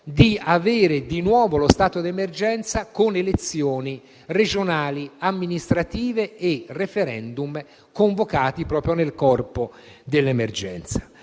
di avere di nuovo lo stato d'emergenza con elezioni regionali, amministrative e *referendum* convocati proprio nel corpo dell'emergenza.